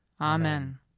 Amen